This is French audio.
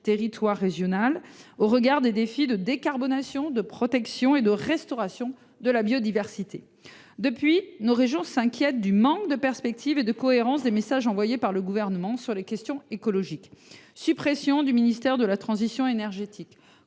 territoire régional au regard des défis de décarbonation, de protection et de restauration de la biodiversité. Depuis, nos régions s’inquiètent du manque de perspective et de cohérence des messages envoyés par le Gouvernement sur les questions écologiques. Suppression du ministère de la transition énergétique,